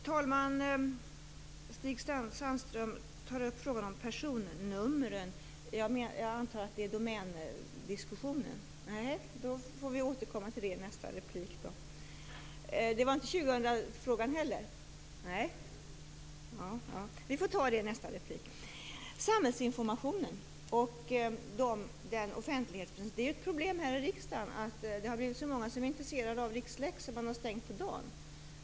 Herr talman! Stig Sandström tar upp frågan om personnummer. Jag antar att Stig Sandström menar domändiskussionen eller 2000-frågan. Vi får ta det i nästa replik. När det gäller samhällsinformationen och offentlighetsprincipen vill jag säga att det ju är ett problem här i riksdagen att så många är intresserade av Rixlex att man har stängt på dagen.